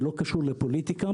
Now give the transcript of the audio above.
ולא קשור לפוליטיקה,